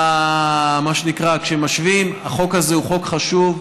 מה שנקרא, כשמשווים, החוק הזה הוא חוק חשוב.